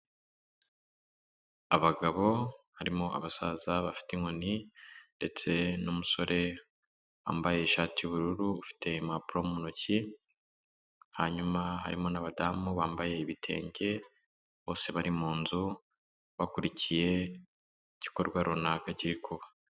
Abagabo harimo abasaza bafite inkoni ndetse n'umusore wambaye ishati y'ubururu, ufite impapuro mu ntoki hanyuma harimo n'abadamu bambaye ibitenge, bose bari mu nzu, bakurikiye igikorwa runaka kiri kuba.